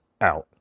Out